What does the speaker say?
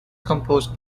composed